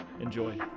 Enjoy